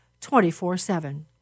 24-7